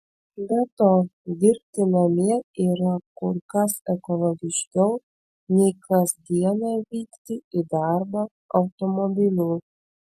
be to dirbti namie yra kur kas ekologiškiau nei kas dieną vykti į darbą automobiliu